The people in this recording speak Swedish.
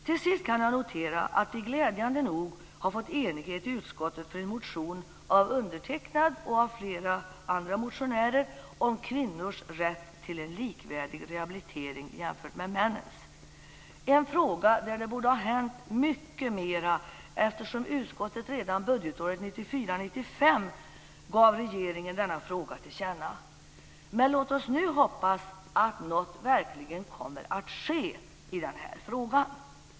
Till sist kan jag notera att vi glädjande nog har fått enighet i utskottet för en motion av mig själv m.fl. om kvinnors rätt till en rehabilitering som är likvärdig med vad som gäller för männen - en fråga där det borde ha hänt mycket mera, eftersom utskottet redan budgetåret 1994/95 gav regeringen detta önskemål till känna. Låt oss nu hoppas att något verkligen kommer att ske i den här frågan. Fru talman!